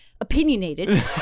opinionated